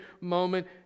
moment